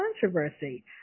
controversy